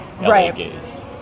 Right